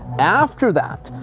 after that,